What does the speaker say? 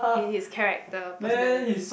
in his character personality